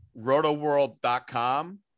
rotoworld.com